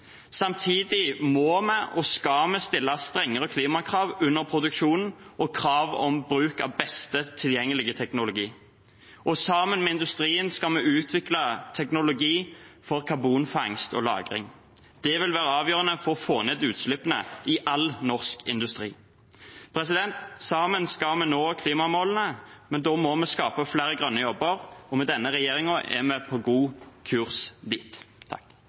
Samtidig må vi – og skal vi – stille strengere klimakrav under produksjonen, og krav om bruk av beste tilgjengelige teknologi. Sammen med industrien skal vi utvikle teknologi for karbongangst og -lagring. Det vil være avgjørende for å få ned utslippene i all norsk industri. Sammen skal vi nå klimamålene, men da må vi skape flere grønne jobber, og med denne regjeringen er vi på stø kurs dit.